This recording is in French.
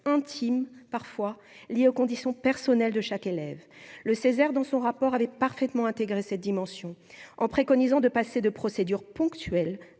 intime parfois lié aux conditions personnelle de chaque élève, le César dans son rapport avait parfaitement intégré cette dimension en préconisant de passer de procédures ponctuel